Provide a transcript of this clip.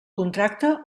contracte